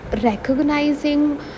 recognizing